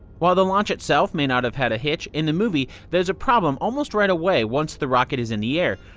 while the launch itself may not have had a hitch, in the movie, there's a problem almost right away once the rocket is in the air.